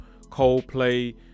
Coldplay